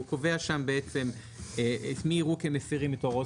הוא קובע שם בעצם את מי יראו כמפירים את הוראות